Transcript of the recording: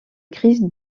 crise